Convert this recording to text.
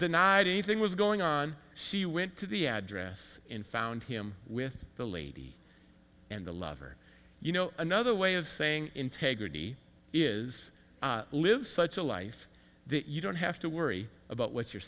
denied anything was going on she went to the address in found him with the lady and the lover you know another way of saying integrity is live such a life that you don't have to worry about what you're